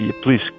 Please